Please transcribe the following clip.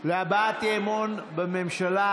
להבעת אי-אמון בממשלה,